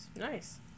Nice